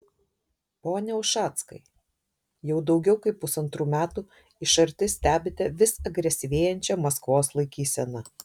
pone ušackai jau daugiau kaip pusantrų metų iš arti stebite vis agresyvėjančią maskvos laikyseną